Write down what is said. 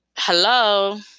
Hello